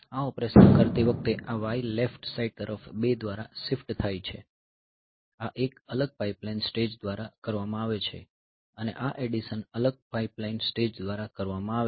આ ઓપરેશન કરતી વખતે આ y લેફ્ટ સાઈડ તરફ 2 દ્વારા શિફ્ટ થાય છે આ એક અલગ પાઇપલાઇન સ્ટેજ દ્વારા કરવામાં આવે છે અને આ એડિશન અલગ પાઇપલાઇન સ્ટેજ દ્વારા કરવામાં આવે છે